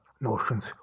notions